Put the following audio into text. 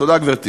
תודה, גברתי.